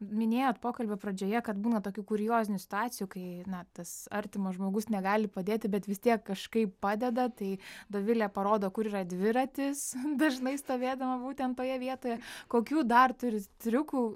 minėjot pokalbio pradžioje kad būna tokių kuriozinių situacijų kai na tas artimas žmogus negali padėti bet vis tiek kažkaip padeda tai dovilė parodo kur yra dviratis dažnai stovėdama būtent toje vietoje kokių dar turit triukų